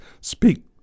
Speak